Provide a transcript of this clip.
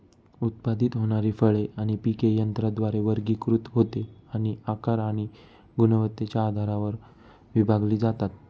उत्पादित होणारी फळे आणि पिके यंत्राद्वारे वर्गीकृत होते आणि आकार आणि गुणवत्तेच्या आधारावर विभागली जातात